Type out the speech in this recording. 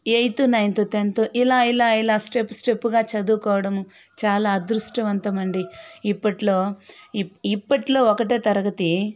eighth ninth tenth ఇలా ఇలా step స్టెప్స్గా చదువుకోవడము చాలా అదృష్టవంతమండి ఇప్పట్లో ఇ ఇప్పట్లో ఒకటో తరగతి